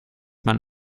man